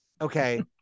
Okay